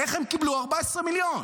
איך הם קיבלו 14 מיליונים.